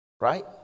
Right